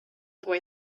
boy